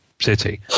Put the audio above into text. city